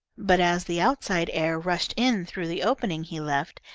but as the outside air rushed in through the opening he left,